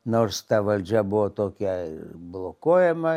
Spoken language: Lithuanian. nors ta valdžia buvo tokia ir blokuojama